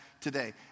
today